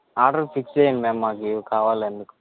order fix చేయండి ma'am మాకు కావాలి అందుకు